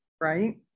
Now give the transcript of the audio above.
right